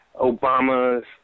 Obama's